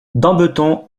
dambeton